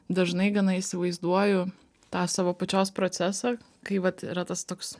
dažnai gana įsivaizduoju tą savo pačios procesą kai vat yra tas toks